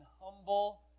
humble